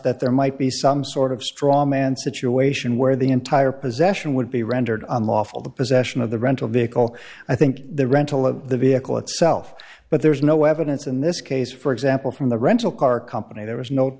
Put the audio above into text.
that there might be some sort of straw man situation where the entire possession would be rendered unlawful the possession of the rental vehicle i think the rental of the vehicle itself but there's no evidence in this case for example from the rental car company there was no